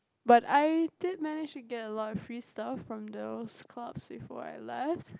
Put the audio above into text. but I did manage to get a lot free stuff from those clubs before I left